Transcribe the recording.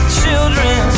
children